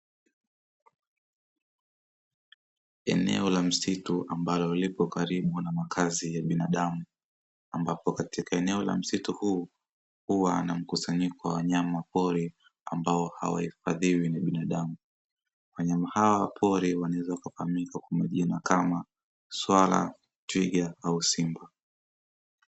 Eneo la na msitu ambalo liko karibu na makazi ya binadamu ambapo katika eneo la msitu huu huwa na mkusanyiko wa wanyama pori ambao hawaifadhiwi na binadamu, wanyama hawa pori wanaeza fahamika kwa majina kama swala, twiga na simba.